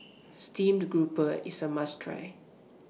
Steamed Grouper IS A must Try